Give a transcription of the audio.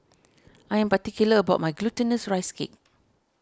I am particular about my Glutinous Rice Cake